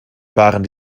waren